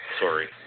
Sorry